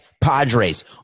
Padres